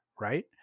right